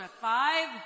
five